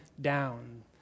down